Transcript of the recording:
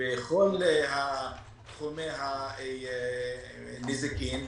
בכל תחומי הנזיקין,